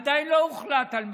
עדיין לא הוחלט על המתווה,